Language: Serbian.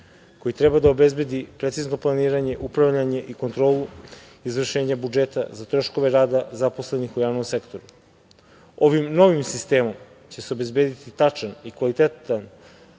koji treba da obezbedi precizno planiranje, upravljanje i kontrolu izvršenja budžeta za troškove rada zaposlenih u javnom sektoru. Ovim novim sistemom će se obezbediti tačan i kvalitetan